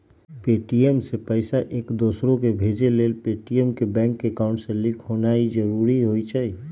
Paytm से पईसा एकदोसराकेँ भेजे लेल पेटीएम के बैंक अकांउट से लिंक होनाइ जरूरी होइ छइ